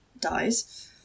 dies